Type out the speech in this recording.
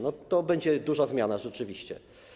No to będzie duża zmiana, rzeczywiście.